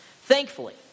Thankfully